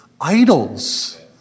idols